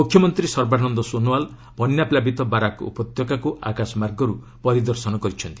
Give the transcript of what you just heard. ମୁଖ୍ୟମନ୍ତ୍ରୀ ସର୍ବାନନ୍ଦ ସୋନୁୱାଲ୍ ବନ୍ୟାପ୍ଲାବିତ ବାରାକ୍ ଉପତ୍ୟକାକୁ ଆକାଶମାର୍ଗରୁ ପରିଦର୍ଶନ କରିଛନ୍ତି